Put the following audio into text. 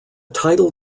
title